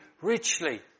richly